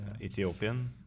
Ethiopian